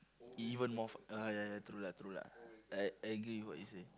even more fa~ ah ya ya true lah true lah I I agree with what you say